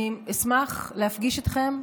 אני אשמח להפגיש אתכם,